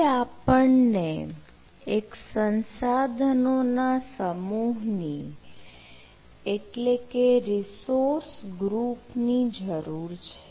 હવે આપણને એક સંસાધનોના સમૂહ ની એટલે કે રીસોર્સ ગ્રુપ ની જરૂર છે